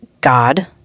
God